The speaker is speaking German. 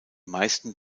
meisten